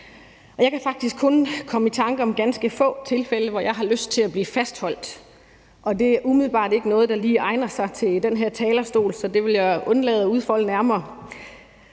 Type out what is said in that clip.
Jeg kan faktisk kun komme i tanker om ganske få tilfælde, hvor jeg har lyst til at blive fastholdt, og det er umiddelbart ikke noget, der lige egner sig til at blive hørt fra den her talerstol, så det vil jeg undlade at udfolde nærmere.